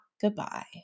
goodbye